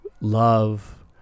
love